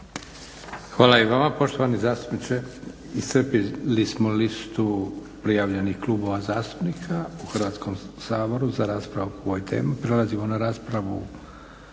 Hvala i vama poštovani zastupniče. Iscrpili smo listu prijavljenih klubova zastupnika u Hrvatskom saboru za raspravu o ovoj temi.